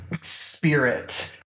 spirit